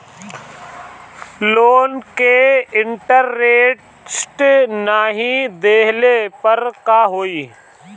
Loan के interest नाही देहले पर का होई?